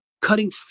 Cutting